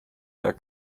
der